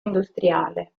industriale